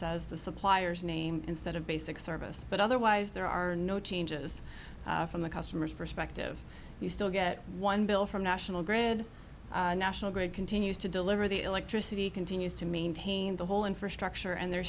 says the suppliers name instead of basic services but otherwise there are no changes from the customer's perspective you still get one bill from national grid national grid continues to deliver the electricity continues to maintain the whole infrastructure and they're